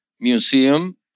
Museum